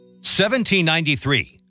1793